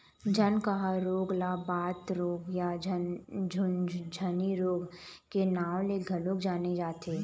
झनकहा रोग ल बात रोग या झुनझनी रोग के नांव ले घलोक जाने जाथे